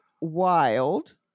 wild